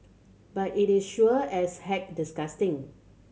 but it is sure as heck disgusting